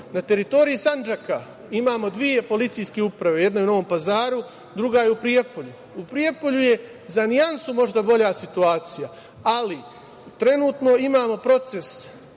teritoriji Sandžaka imamo dve policijske uprave, jedna je u Novom Pazaru, druga je u Prijepolju. U Prijepolju je za nijansu možda bolja situacija, ali trenutno imamo proces